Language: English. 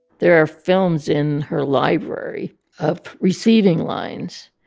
there are films in her library of receiving lines,